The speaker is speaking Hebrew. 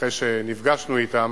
אחרי שנפגשנו אתם,